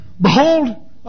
Behold